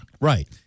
Right